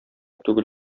түгел